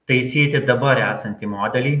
taisyti dabar esantį modelį